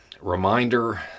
reminder